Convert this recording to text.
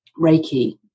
Reiki